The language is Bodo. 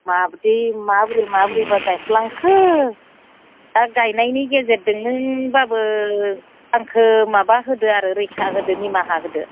माबायदि माब्रै माब्रैबा गायफ्लांखो दा गायनायनि गेजेरजोंबाबो आंखौ माबा होदो आरो रैखा होदो निमाहा होदो